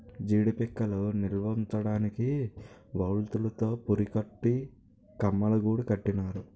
జీడీ పిక్కలు నిలవుంచడానికి వౌల్తులు తో పురికట్టి కమ్మలగూడు కట్టినారు